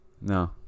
no